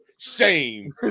Shame